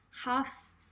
half